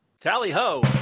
Tally-ho